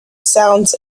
sounds